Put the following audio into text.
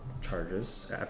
charges